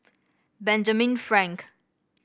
Benjamin Frank